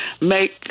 make